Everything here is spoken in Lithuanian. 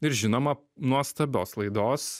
ir žinoma nuostabios laidos